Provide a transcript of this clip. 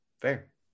Fair